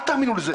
אל תאמינו לזה".